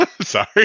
sorry